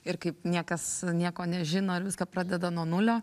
ir kaip niekas nieko nežino ir viską pradeda nuo nulio